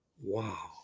Wow